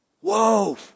Whoa